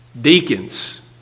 Deacons